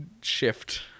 shift